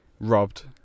Robbed